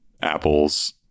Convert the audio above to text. apples